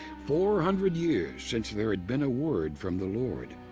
four hundred years since there had been a word from the lord,